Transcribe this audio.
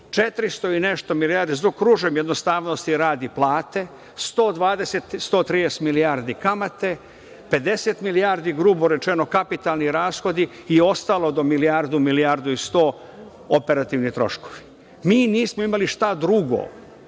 400 i nešto milijardi, zaokružujem, jednostavnosti radi, plate, 120, 130 milijardi kamate, 50 milijardi grubo rečeno kapitalni rashodi i ostalo do milijardu, milijardu i 100 operativni troškovi. Mi nismo imali šta drugo